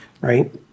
right